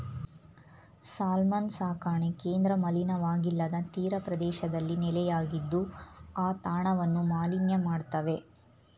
salmon ಸಾಕಣೆ ಕೇಂದ್ರ ಮಲಿನವಾಗಿಲ್ಲದ ತೀರಪ್ರದೇಶದಲ್ಲಿ ನೆಲೆಯಾಗಿದ್ದು ಆ ತಾಣವನ್ನು ಮಾಲಿನ್ಯ ಮಾಡ್ತವೆ